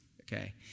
okay